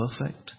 perfect